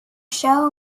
show